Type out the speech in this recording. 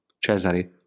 Cesare